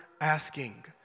asking